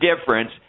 difference